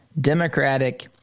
Democratic